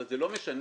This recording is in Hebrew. אבל זה לא משנה,